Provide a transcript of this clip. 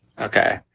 okay